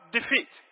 Defeat